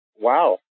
wow